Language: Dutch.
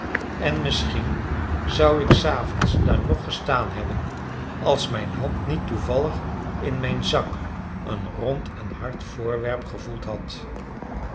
en misschien zou ik s avonds daar nog gestaan hebben als mijn hand niet toevallig in mijn zak een rond en hard voorwerp gevoeld had